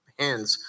hands